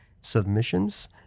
submissions